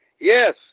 Yes